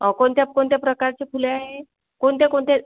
कोणत्या कोणत्या प्रकारची फुले आहेत कोणत्या कोणत्या